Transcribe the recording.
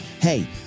Hey